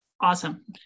Awesome